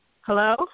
Hello